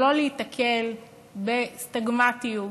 ולא להיתקל בסטיגמטיות,